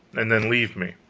and then leave me.